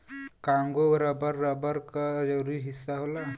Congo rubber, rubber क जरूरी हिस्सा होला